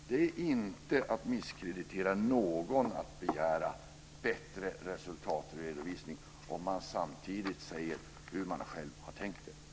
Att begära en bättre resultatredovisning är inte att misskreditera någon om man samtidigt säger hur man själv har tänkt sig det hela.